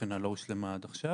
שהבחינה לא הושלמה עד עכשיו.